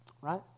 right